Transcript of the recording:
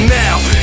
now